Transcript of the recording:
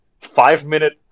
five-minute